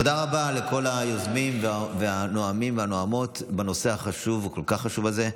תודה רבה לכל היוזמים והנואמים והנואמות בנושא הכל-כך חשוב הזה.